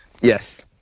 Yes